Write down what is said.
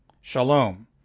Shalom